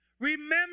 Remember